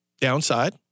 Downside